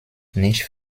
nicht